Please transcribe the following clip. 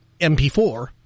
mp4